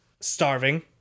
starving